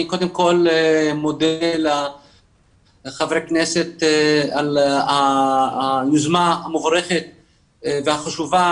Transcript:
אני מודה לחבר הכנסת על היוזמה המבורכת והחשובה